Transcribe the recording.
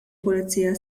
pulizija